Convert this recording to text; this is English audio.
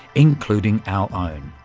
including our um